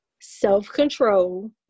self-control